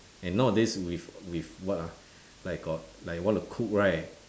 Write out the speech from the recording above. and nowadays with with what ah like got like you want to cook right